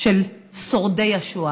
של שורדי השואה.